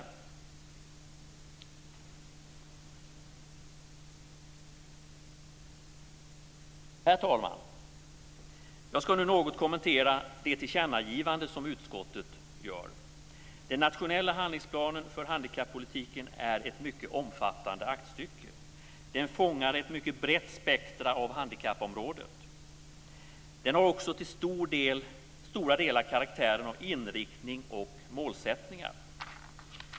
Herr talman! Jag ska nu något kommentera de tillkännagivanden som utskottet gör. Den nationella handlingsplanen för handikappolitiken är ett mycket omfattande aktstycke. Den fångar ett mycket brett spektrum av handikappområdet. Den har också till stora delar karaktären av inriktning och målsättningar.